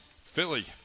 Philly